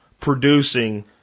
producing